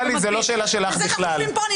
בזה שאנחנו יושבים פה,